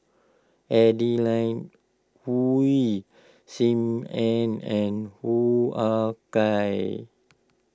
Adeline Ooi Sim Ann and Hoo Ah Kay